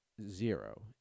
zero